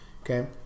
okay